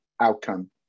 outcome